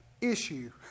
issue